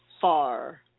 far